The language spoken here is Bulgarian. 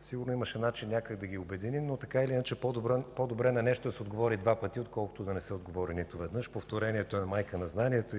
Сигурно имаше начин някак да ги обединим, но така или иначе по-добре на нещо да се отговори два пъти, отколкото да не се отговори нито веднъж. Повторението е майка на знанието.